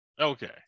Okay